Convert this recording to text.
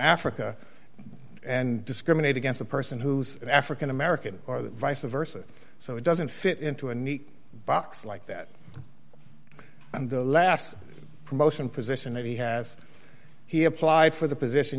africa and discriminate against a person who's african american or the vice versa so it doesn't fit into a neat box like that and the last promotion position that he has he applied for the position